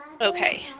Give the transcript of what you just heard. Okay